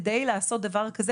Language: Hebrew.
כדי לעשות דבר כזה,